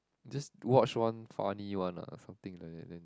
just watch one funny one ah something like that then